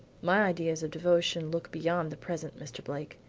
my ideas of devotion look beyond the present, mr. blake.